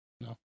No